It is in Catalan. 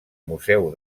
museu